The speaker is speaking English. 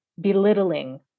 belittling